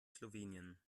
slowenien